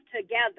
together